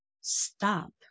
Stop